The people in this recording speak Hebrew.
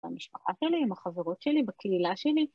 במשפחה שלי, עם החברות שלי, בקהילה שלי.